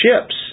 ships